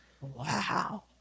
Wow